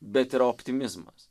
bet yra optimizmas